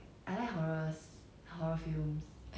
same but then okay lah you watch with friends okay lah